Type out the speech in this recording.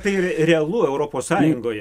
tai ir realu europos sąjungoj